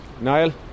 Niall